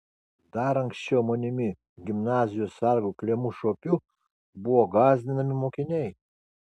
dar anksčiau manimi gimnazijos sargu klemu šuopiu buvo gąsdinami mokiniai